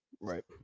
right